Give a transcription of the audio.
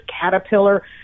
Caterpillar